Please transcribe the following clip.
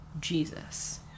Jesus